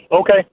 Okay